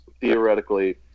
theoretically